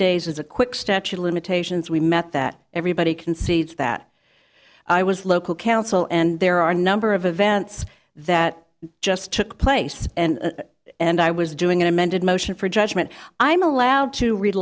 days is a quick statute of limitations we met that everybody concedes that i was local counsel and there are a number of events that just took place and and i was doing an amended motion for judgment i'm allowed to